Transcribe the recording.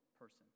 person